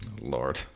Lord